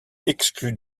exclut